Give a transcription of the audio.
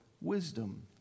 wisdom